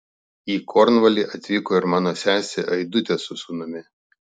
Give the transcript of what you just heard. į kornvalį atvyko ir mano sesė aidutė su sūnumi